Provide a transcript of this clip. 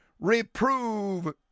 reprove